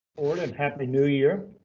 and happy new year.